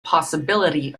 possibility